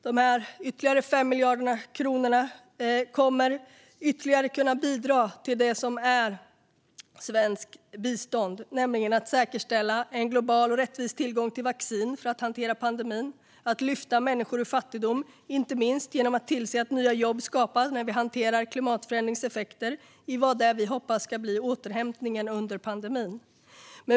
Dessa 5 miljarder kronor kommer ytterligare att bidra till det som är svenskt bistånd, nämligen att säkerställa en global och rättvis tillgång till vaccin för hantering av pandemin och att lyfta människor ur fattigdom, inte minst genom att tillse att nya jobb skapas när vi hanterar klimatförändringens effekter i det som vi hoppas ska bli återhämtningen under pandemin.